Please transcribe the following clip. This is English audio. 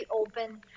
open